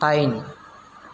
pine